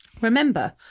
Remember